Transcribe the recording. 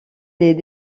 les